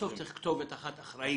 בסוף צריך כתובת אחת אחראית.